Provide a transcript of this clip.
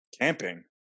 camping